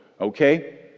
okay